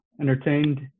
entertained